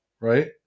right